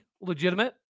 legitimate